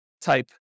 type